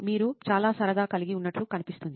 మీరు సరదా కలిగి ఉన్నట్లు కనిపిస్తోంది